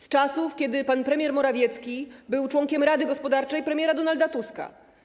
Z czasów, kiedy pan premier Morawiecki był członkiem Rady Gospodarczej premiera Donalda Tuska.